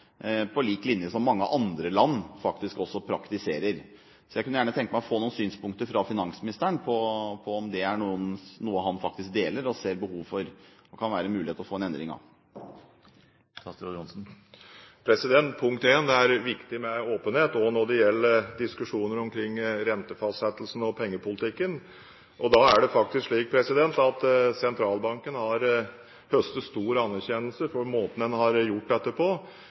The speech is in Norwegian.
på lik linje med det som er praksis i mange andre land. Jeg kunne gjerne tenke meg å få noen synspunkter fra finansministeren på om dette er noe han faktisk deler ønsket om og ser behovet for, og om det kan være mulig å få en endring av det. Først: Det er viktig med åpenhet også når det gjelder diskusjoner omkring rentefastsettelsen og pengepolitikken. Da er det faktisk slik at sentralbanken har høstet stor anerkjennelse for måten en har gjort dette på,